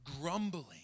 grumbling